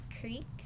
creek